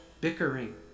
bickering